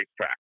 racetrack